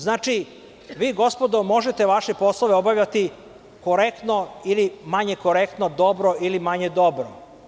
Znači, gospodo, možete vaše poslove obavljati korektno ili manje korektno, dobro ili manje dobro.